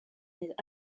mais